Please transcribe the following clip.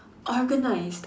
organised